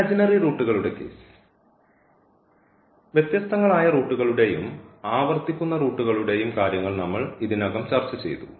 imaginary റൂട്ടുകളുടെ case വ്യത്യസ്തങ്ങളായ റൂട്ടുകളുടെയും ആവർത്തിക്കുന്ന റൂട്ടുകളുടെയും കാര്യങ്ങൾ നമ്മൾ ഇതിനകം ചർച്ച ചെയ്തു